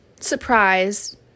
surprise